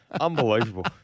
Unbelievable